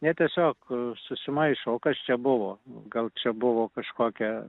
jie tiesiog susimaišo o kas čia buvo gal čia buvo kažkokia